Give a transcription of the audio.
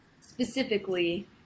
specifically